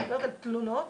אני מדברת על תלונות,